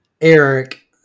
eric